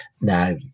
now